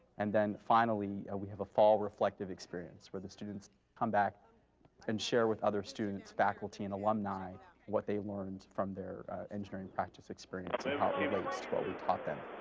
and then, finally, we have a fall reflective experience, where the students come back and share with other students, faculty and alumni what they've learned from their engineering practice experience, and how it relates to what we taught them.